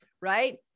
right